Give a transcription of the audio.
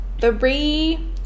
three